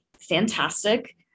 fantastic